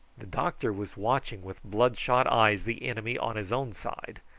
the doctor was watching with bloodshot eyes the enemy on his own side,